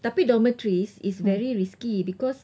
tapi dormitories is very risky because